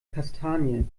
kastanie